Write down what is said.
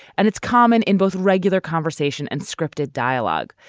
and it's common in both regular conversation and scripted dialogue,